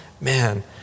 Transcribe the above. man